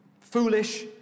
foolish